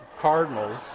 Cardinals